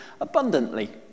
abundantly